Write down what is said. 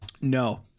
No